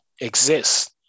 exists